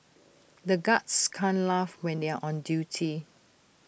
the guards can't laugh when they are on duty